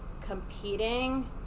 competing